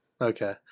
Okay